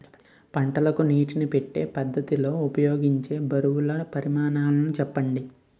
పంటలకు నీటినీ పెట్టే పద్ధతి లో ఉపయోగించే బరువుల పరిమాణాలు చెప్పండి?